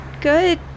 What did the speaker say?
good